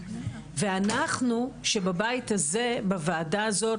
ואנחנו שבבית הזה בוועדה הזאת,